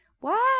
Wow